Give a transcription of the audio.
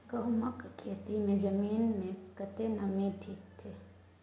गहूम के खेती मे जमीन मे कतेक नमी ठीक ये?